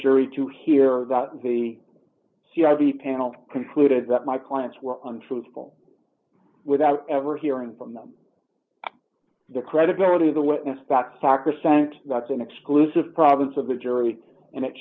jury to hear that maybe the panel concluded that my clients were on truthful without ever hearing from them the credibility of the witness back sacrosanct that's an exclusive province of the jury and it